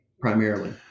primarily